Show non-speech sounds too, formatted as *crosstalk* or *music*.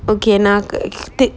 okay நா:na *noise*